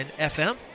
FM